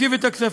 ישיב את הכספים.